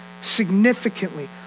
significantly